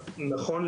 בדקתי,